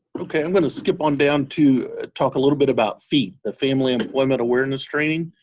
okay. i'm going skip on down to talk a little bit about feat, the family employment awareness training.